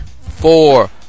four